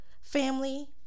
Family